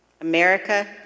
America